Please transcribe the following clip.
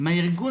מהארגון